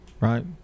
right